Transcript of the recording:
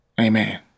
amen